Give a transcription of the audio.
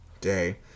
Day